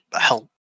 help